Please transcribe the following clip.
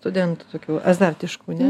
studentų tokių azartiškų ne